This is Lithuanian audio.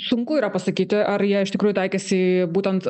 sunku yra pasakyti ar jie iš tikrųjų taikėsi į būtent